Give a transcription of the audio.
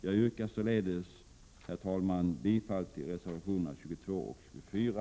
Jag yrkar således, herr talman, bifall till reservationerna 22 och 24.